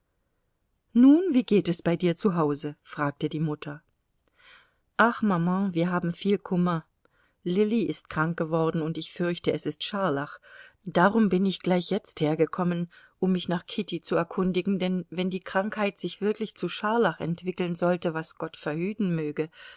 nun wie geht es bei dir zu hause fragte die mutter ach maman wir haben viel kummer lilly ist krank geworden und ich fürchte es ist scharlach darum bin ich gleich jetzt hergekommen um mich nach kitty zu erkundigen denn wenn die krankheit sich wirklich zu scharlach entwickeln sollte was gott verhüten möge